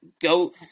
go